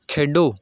ਖੇਡੋ